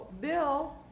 Bill